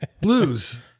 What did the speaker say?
blues